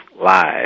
lives